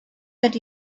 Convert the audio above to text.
that